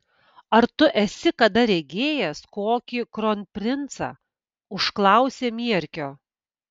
ar tu esi kada regėjęs kokį kronprincą užklausė mierkio